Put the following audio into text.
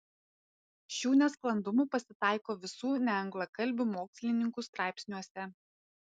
šių nesklandumų pasitaiko visų neanglakalbių mokslininkų straipsniuose